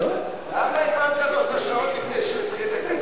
למה הפעלת לו את השעון לפני שהוא התחיל לדבר?